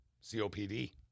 C-O-P-D